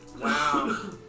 Wow